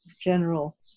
general